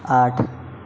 आठ